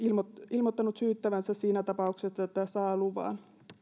ilmoittanut syyttävänsä siinä tapauksessa että saa luvan